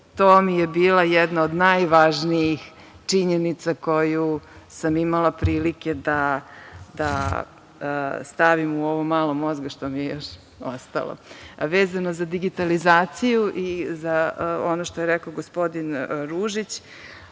to mi je bila jedna od najvažnijih činjenica koju sam imala prilike da stavim u ovo malo mozga što mi je još ostalo. Vezano za digitalizaciju i za ono što je rekao gospodin Ružić,